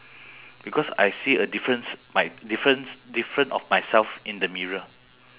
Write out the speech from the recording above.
because I see a difference my difference different of myself in the mirror